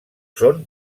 són